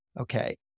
Okay